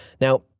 Now